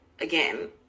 again